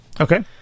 okay